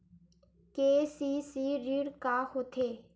KCC ऋण का होथे?